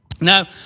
Now